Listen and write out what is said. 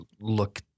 look